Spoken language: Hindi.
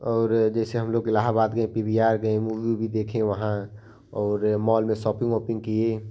और जैसे हम लोग इलाहाबाद गए पी वी आर गए मूवी उवी देखें वहाँ और मॉल में शॉपिंग वॉपिंग किए